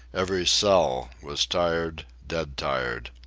every cell, was tired, dead tired.